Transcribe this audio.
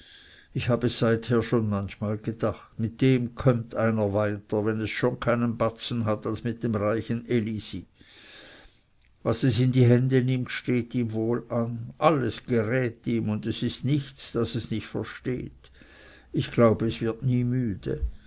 ich habe es seither schon manchmal gedacht mit dem kömmt einer weiter wenn es schon keinen batzen hat als mit dem reichen elisi was es in die hände nimmt steht ihm wohl an alles gerät ihm und es ist nichts das es nicht versteht ich glaube es wird nie müde